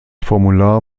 formular